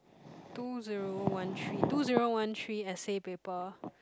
two zero one three two zero one three essay paper